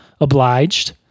obliged